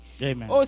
Amen